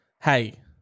hey